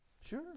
Sure